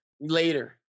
later